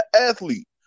athlete